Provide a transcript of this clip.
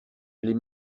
les